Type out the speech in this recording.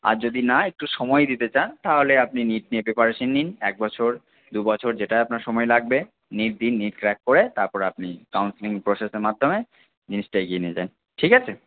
আর যদি না একটু সময় দিতে চান তাহলে আপনি নীট নিয়ে প্রিপারেশন নিন এক বছর দু বছর যেটা আপনার সময় লাগবে নীট দিন নীট ক্র্যাক করে তারপর আপনি কাউন্সেলিং প্রসেসের মাধ্যমে জিনিসটা এগিয়ে নিয়ে যান ঠিক আছে